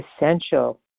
essential